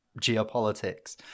geopolitics